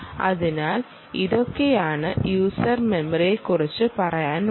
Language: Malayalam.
അതിനാൽ ഇതൊക്കെയാണ് യൂസർ മെമ്മറിയെ കുറിച്ച് പറയാനുള്ളത്